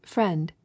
Friend